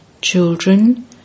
Children